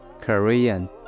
Korean